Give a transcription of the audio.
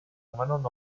demanen